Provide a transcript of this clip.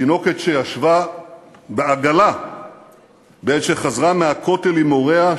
תינוקת שישבה בעגלה בעת שחזרה מהכותל עם הוריה,